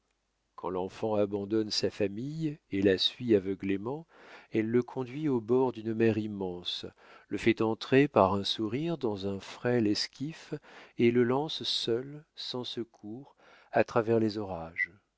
quand l'enfant abandonne sa famille et la suit aveuglément elle le conduit au bord d'une mer immense le fait entrer par un sourire dans un frêle esquif et le lance seul sans secours à travers les orages